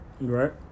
Right